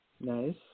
Nice